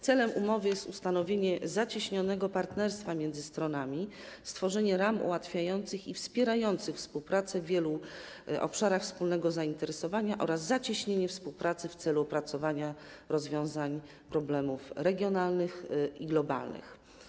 Celem umowy jest ustanowienie zacieśnionego partnerstwa między stronami, stworzenie ram ułatwiających i wspierających współpracę w wielu obszarach wspólnego zainteresowania oraz zacieśnienie współpracy w celu opracowania rozwiązań problemów regionalnych i globalnych.